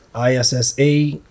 ISSA